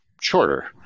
shorter